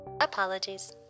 Apologies